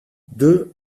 deux